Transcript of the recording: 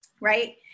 right